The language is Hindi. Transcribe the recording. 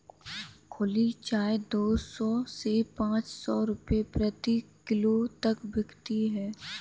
खुली चाय दो सौ से पांच सौ रूपये प्रति किलो तक बिकती है